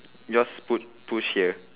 yours put push here